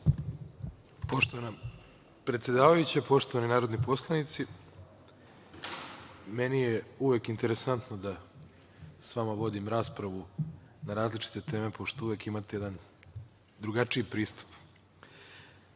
Poštovana predsedavajuća, poštovani narodni poslanici, meni je uvek interesantno da sa vama vodim raspravu na različite teme, pošto uvek imate jedan drugačiji pristup.